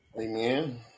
Amen